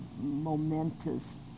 momentous